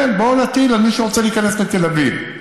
כן, בואו נטיל על מי שרוצה להיכנס לתל אביב,